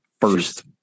first